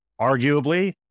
arguably